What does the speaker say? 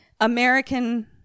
American